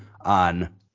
on